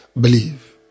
Believe